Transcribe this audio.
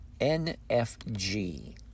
NFG